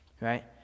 Right